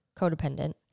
codependent